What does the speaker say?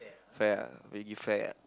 fair ah make it fair ah